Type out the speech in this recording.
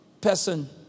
person